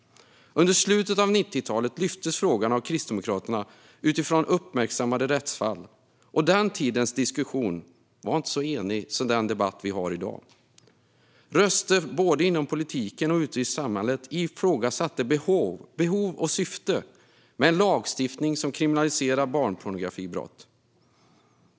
Under slutet av 90-talet lyftes frågan av Kristdemokraterna utifrån uppmärksammade rättsfall. Den tidens diskussion var inte så enig som den debatt vi har i dag. Röster både inom politiken och ute i samhället ifrågasatte behovet av och syftet med en lagstiftning som kriminaliserar barnpornografibrott.